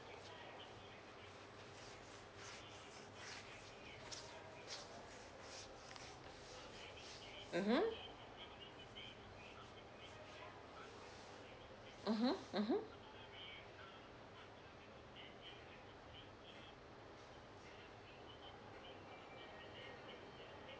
mmhmm mmhmm mmhmm